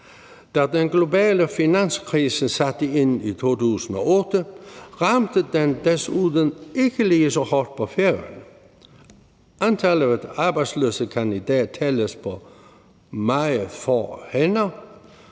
Da den globale finanskrise satte ind i 2008, ramte den desuden ikke lige så hårdt på Færøerne. Antallet af arbejdsløse kan i dag tælles på meget få hænder,